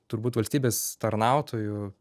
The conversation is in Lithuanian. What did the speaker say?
turbūt valstybės tarnautojų